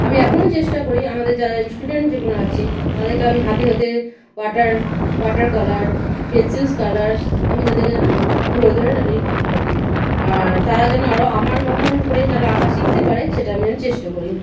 আমি এখনো চেষ্টা করি আমাদের যারা স্টুডেন্ট যেগুলো আছে তাদেরকে আমি হাতে হাতে water water colour pencil colours আমি তাদেরকে যেন ধরে ধরে ই করতে পারি আর তারা যেন আরও আমার মতোন করে যারা আঁকা শিকতে পারে সেটা আমি যেন চেষ্টা করি